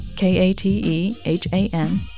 K-A-T-E-H-A-N